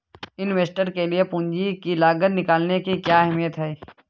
Investor के लिए पूंजी की लागत निकालने की क्या अहमियत है?